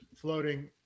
floating